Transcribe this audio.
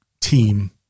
team